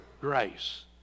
grace